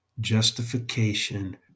justification